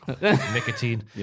nicotine